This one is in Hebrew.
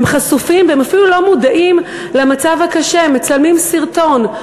הם חשופים והם אפילו לא מודעים למצב הקשה: מצלמים סרטון,